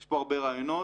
יש פה הרבה רעיונות,